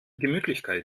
gemütlichkeit